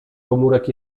komórek